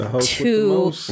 two